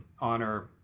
honor